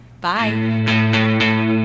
Bye